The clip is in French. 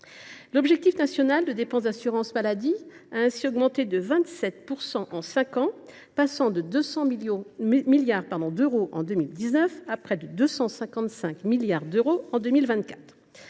L’objectif national de dépenses d’assurance maladie a ainsi augmenté de 27 % en cinq ans, passant de 200 milliards d’euros en 2019 à près de 255 milliards d’euros en 2024,